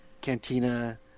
Cantina